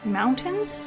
mountains